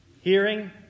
Hearing